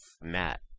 Matt